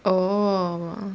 oh